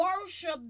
worship